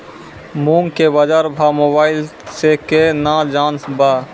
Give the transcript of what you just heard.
मूंग के बाजार भाव मोबाइल से के ना जान ब?